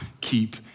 keep